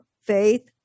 faith